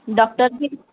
doctor ବି